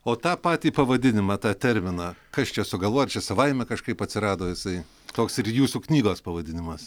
o ta patį pavadinimą tą terminą kas čia sugalvojo ar čia savaime kažkaip atsirado jisai toks ir jūsų knygos pavadinimas